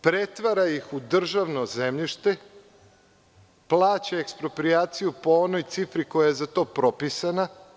Pretvara ih u državno zemljište i plaća eksproprijaciju po onoj cifri koja je za to propisana.